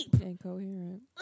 Incoherent